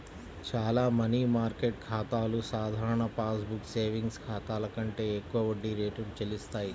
చాలా money market ఖాతాలు సాధారణ పాస్ బుక్ సేవింగ్స్ ఖాతాల కంటే ఎక్కువ వడ్డీ రేటును చెల్లిస్తాయి